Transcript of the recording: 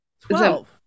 Twelve